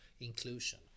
inclusion